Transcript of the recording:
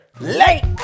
Late